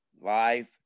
life